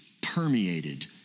permeated